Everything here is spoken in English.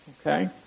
Okay